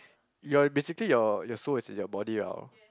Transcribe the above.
yea basically your your soul is in your body oh